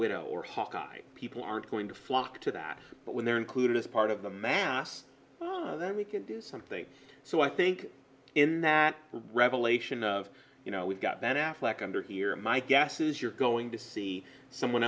widow or hawkeye people aren't going to flock to that but when they're included as part of the mass well then we can do something so i think in that revelation of you know we've got ben affleck under here and my guess is you're going to see someone